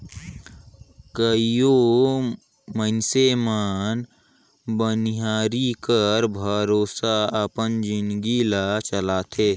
कइयो मइनसे मन बनिहारी कर भरोसा अपन जिनगी ल चलाथें